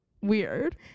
weird